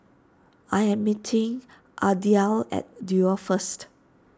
I am meeting Ardelle at Duo first